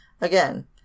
again